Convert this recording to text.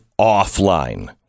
offline